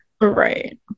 right